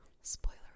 Spoiler